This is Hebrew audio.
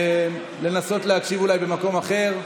לנסות להקשיב אולי במקום אחר,